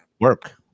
work